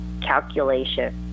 calculation